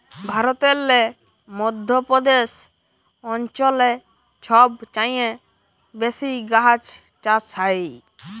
ভারতেল্লে মধ্য প্রদেশ অঞ্চলে ছব চাঁঁয়ে বেশি গাহাচ চাষ হ্যয়